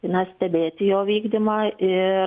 na stebėti jo vykdymą ir